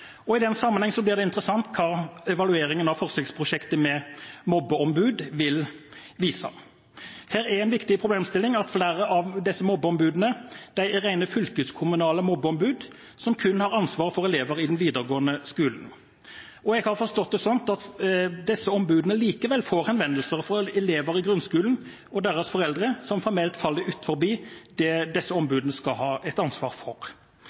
I den sammenheng blir det interessant hva evalueringen av forsøksprosjektet med mobbeombud vil vise. Her er en viktig problemstilling at flere av mobbeombudene er rene fylkeskommunale mobbeombud, som kun har ansvar for elevene i den videregående skolen. Jeg har forstått det slik at disse ombudene likevel får henvendelser fra elever i grunnskolen og deres foreldre, som formelt faller utenfor det disse ombudene skal ha et ansvar for.